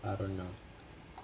I don't know